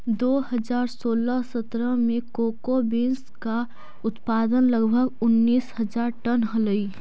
दो हज़ार सोलह सत्रह में कोको बींस का उत्पादन लगभग उनीस हज़ार टन हलइ